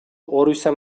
орусия